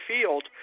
field